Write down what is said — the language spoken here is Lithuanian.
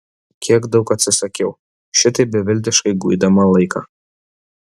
kiek daug atsisakiau šitaip beviltiškai guidama laiką